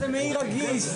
נכון, זה מעי רגיז.